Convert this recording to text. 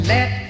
Let